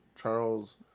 Charles